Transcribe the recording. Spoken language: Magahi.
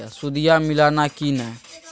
सुदिया मिलाना की नय?